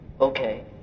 okay